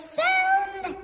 sound